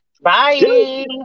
Bye